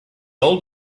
old